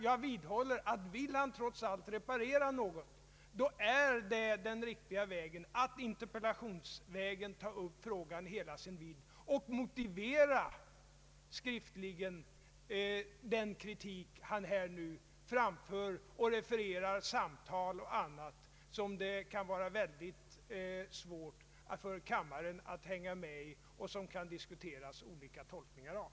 Jag vidhåller att om han trots allt vill reparera något, är den riktiga vägen att i en interpellation ta upp frågan i hela dess vidd och skriftligen motivera den kritik han här nu framför, när han refererar samtal och annat som det kan vara mycket svårt för kammaren att hänga med i och som man kan diskutera olika tolkningar av.